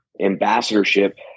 ambassadorship